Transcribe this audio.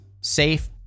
safe